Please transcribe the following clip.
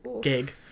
gig